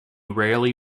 rarely